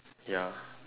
ya